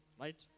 right